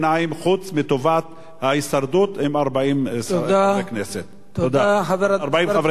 חוץ מטובת ההישרדות עם 40 חברי ממשלה.